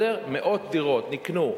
מאות דירות נקנו.